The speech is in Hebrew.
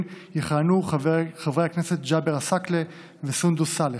יכהנו חברי הכנסת ג׳אבר עסאקלה וסונדוס סאלח,